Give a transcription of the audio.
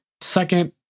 second